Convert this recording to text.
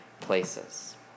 places